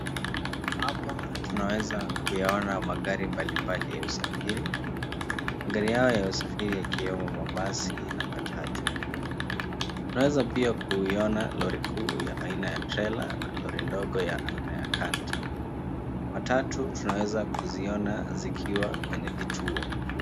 Hapa tunaweza kuyaona magari mbalimbali ya usafiri magari hayo ya usafiri yakiwemo mabasi na matatu . Tunaweza pia kuiona lori kuu la aina ya trela na lori ndogo la aina ya canter matatu tunaweza kuziona zikiwa kwenye kituo.